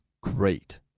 great